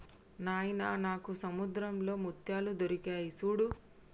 నాయిన నాకు సముద్రంలో ముత్యాలు దొరికాయి సూడు